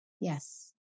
Yes